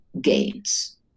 gains